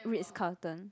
Ritz-Carlton